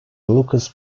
lucas